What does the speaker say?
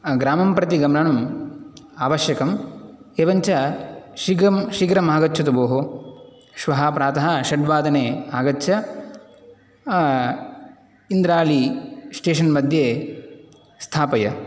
ग्रामं प्रति गमनम् आवश्यकम् एवं च शीघ्रम् आगच्छतु भोः श्वः प्रातः षड्वादने आगच्छ इन्द्राळि स्टेशन् मध्ये स्थापय